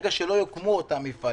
ברגע שלא יוקמו אותם מפעלים,